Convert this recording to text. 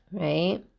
right